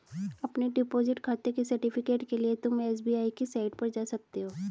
अपने डिपॉजिट खाते के सर्टिफिकेट के लिए तुम एस.बी.आई की साईट पर जा सकते हो